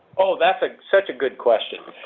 oh, that's a such a good question.